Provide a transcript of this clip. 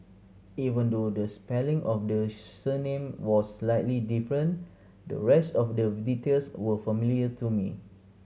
even though the spelling of the surname was slightly different the rest of the details were familiar to me